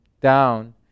down